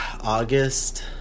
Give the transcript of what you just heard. August